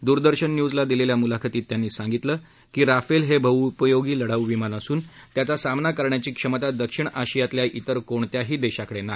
दूरदर्शन न्यूजला दिलेल्या मुलाखतीत त्यांनी सांगितलं की राफेल हे बहुउपयोगी लढाऊ विमान असून त्याचा सामना करण्याची क्षमता दक्षिण आशियातल्या इतर कोणत्याही देशाकडे नाही